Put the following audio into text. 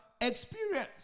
experience